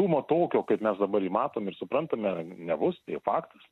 dūmo tokio kaip mes dabar matom ir suprantame nebus tai faktas